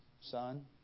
son